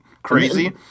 Crazy